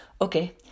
Okay